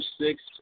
six